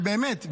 ובאמת,